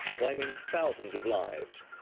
claiming thousands of lives.